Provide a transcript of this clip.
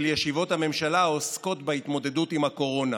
ישיבות הממשלה העוסקות בהתמודדות עם הקורונה,